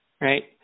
Right